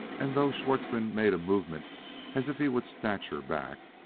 and, though schwartzmann made a movement as if he would snatch her back,